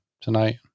tonight